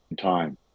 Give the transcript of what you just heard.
time